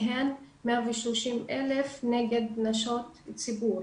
מהם 130,000 נגד נשות ציבור.